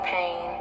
pain